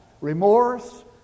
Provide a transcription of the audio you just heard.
remorse